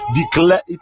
declare